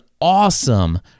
awesome